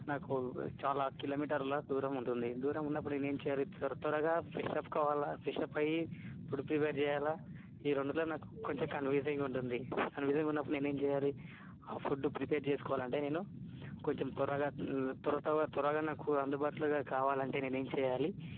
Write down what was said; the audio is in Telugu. నాకు చాలా కిలోమీటర్ల దూరం ఉంటుంది దూరం ఉన్నప్పుడు నేను ఏం చేయాలి త్వర త్వరగా ఫ్రెషప్ కావాలా ఫ్రెషప్ అయ్యి ఫుడ్ ప్రిపేర్ చేయాలా ఈ రెండిట్లో నాకు కొంచెం కన్ఫ్యూజింగ్గా ఉంటుంది కన్ఫ్యూజింగ్గా ఉన్నప్పుడు నేను ఏం చేయాలి ఆ ఫుడ్డు ప్రిపేర్ చేసుకోవాలంటే నేను కొంచెం త్వరగా త్వరత్వరగా త్వరగా నాకు అందుబాటులో కావాలంటే నేను ఏం చేయాలి